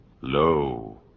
lo